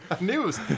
News